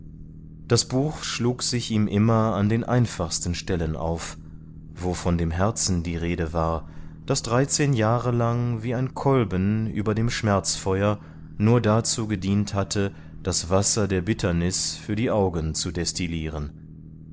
das buch schlug sich ihm immer an den einfachsten stellen auf wo von dem herzen die rede war das dreizehn jahre lang wie ein kolben über dem schmerzfeuer nur dazu gedient hatte das wasser der bitternis für die augen zu destillieren